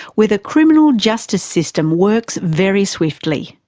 where the criminal justice system works very swiftly.